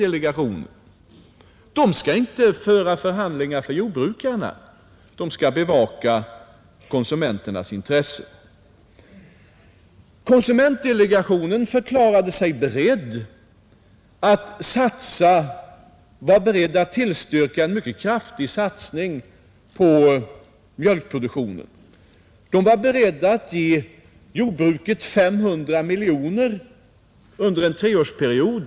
Delegationen skall inte föra förhandlingar för jordbrukarna, utan den skall bevaka konsumenternas intressen, Nu förklarade sig konsumentdelegationen beredd att tillstyrka en mycket kraftig satsning på mjölkproduktionen och att ge jordbruket 500 miljoner kronor under en treårsperiod.